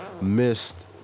missed